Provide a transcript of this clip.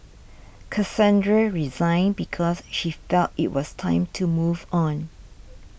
Cassandra resigned because she felt it was time to move on